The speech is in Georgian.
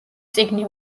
წიგნი